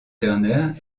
turner